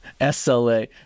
SLA